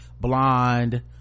blonde